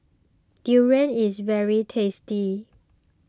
Durian is very tasty